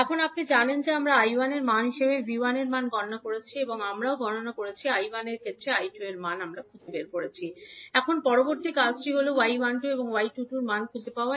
এখন আপনি জানেন যে আমরা 𝐈1 এর মান হিসাবে 𝐕1 এর মান গণনা করেছি এবং আমরাও গণনা করেছি 𝐈1 এর ক্ষেত্রে 𝐈2 এর মান আমরা মানটি খুঁজে পেতে পারি এখন পরবর্তী কাজটি হল 𝐲12 এবং 𝐲22 এর মান খুঁজে পাওয়া